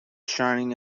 shining